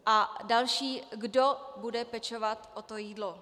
A další kdo bude pečovat o jídlo?